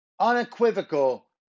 unequivocal